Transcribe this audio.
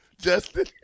Justin